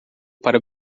para